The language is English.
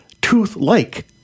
tooth-like